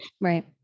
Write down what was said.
Right